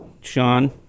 Sean